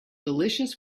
delicious